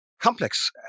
complex